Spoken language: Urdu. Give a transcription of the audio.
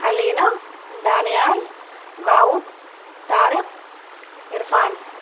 علینا دانیال داؤد طارق عرفان